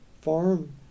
farm